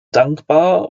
dankbar